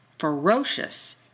Ferocious